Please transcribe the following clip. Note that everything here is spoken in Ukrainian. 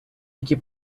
які